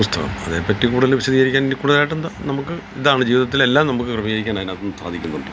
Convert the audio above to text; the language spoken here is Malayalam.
ഇഷ്ടമാണ് അതേപ്പറ്റി കൂടുതൽ വിശദീകരിക്കാൻ ഇനി കൂടുതലായിട്ട് എന്താ നമുക്ക് ഇതാണ് ജീവിതത്തിൽ എല്ലാം നമുക്ക് ക്രമീകരിക്കാൻ അതിനകത്തു നിന്നു സാധിക്കുന്നുണ്ട്